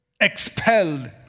Expelled